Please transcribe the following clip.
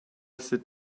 sit